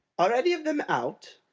are any of them out?